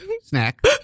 snack